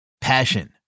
Passion